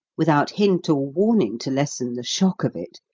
without hint or warning to lessen the shock of it,